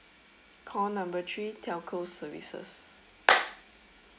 call number three telco services